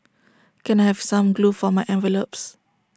can I have some glue for my envelopes